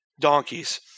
donkeys